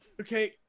Okay